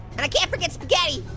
and i can't forget spaghetti.